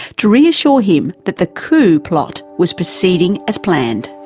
to reassure him that the coup plot was proceeding as planned.